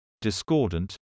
discordant